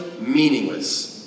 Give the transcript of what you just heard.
meaningless